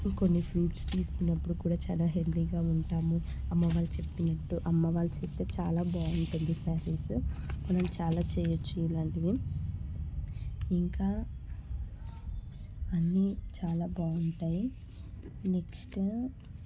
కొన్ని ఫ్రూట్స్ తీసుకున్నప్పుడు కూడా చాలా హెల్దీగా ఉంటాము అమ్మవాళ్ళు చెప్పినట్టు అమ్మ వాళ్ళు చేస్తే చాలా బాగుంటుంది కర్రీస్ మనం చాలా చేయవచ్చు ఇలాంటివి ఇంకా అన్ని చాలా బాగుంటాయి నెక్స్ట్